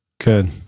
Good